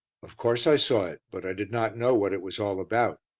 of course i saw it, but i did not know what it was all about.